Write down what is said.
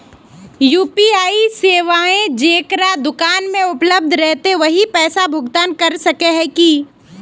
UPI सेवाएं जेकरा दुकान में उपलब्ध रहते वही पैसा भुगतान कर सके है की?